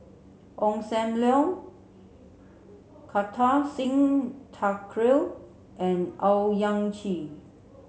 Ong Sam Leong Kartar Singh Thakral and Owyang Chi